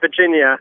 Virginia